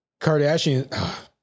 Kardashian